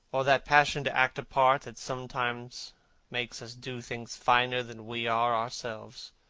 or that passion to act a part that sometimes makes us do things finer than we are ourselves?